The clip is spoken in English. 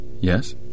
Yes